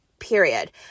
period